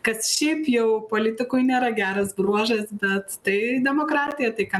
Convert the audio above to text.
kad šiaip jau politikoj nėra geras bruožas bet tai demokratija tai ką